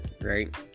right